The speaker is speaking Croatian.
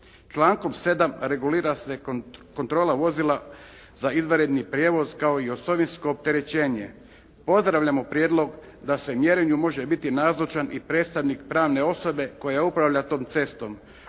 Člankom 7. regulira se kontrola vozila za izvanredni prijevoz kao i osovinsko opterećenje. Pozdravljamo prijedlog da se mjerenju može biti nazočan i predstavnik pravne osobe koja upravlja tom cestom